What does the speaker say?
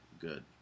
good